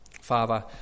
Father